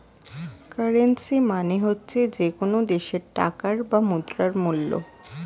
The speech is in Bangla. কারেন্সী মানে হচ্ছে যে কোনো দেশের টাকার বা মুদ্রার মূল্য